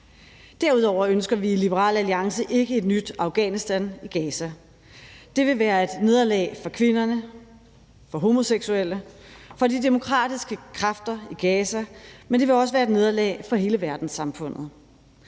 Derudover ønsker vi i Liberal Alliance ikke et nyt Afghanistan i Gaza. Det vil være et nederlag for kvinderne, for homoseksuelle og for de demokratiske kræfter i Gaza, men det vil også være et nederlag for hele verdenssamfundet.